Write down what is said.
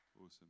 Awesome